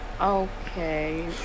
okay